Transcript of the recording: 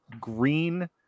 green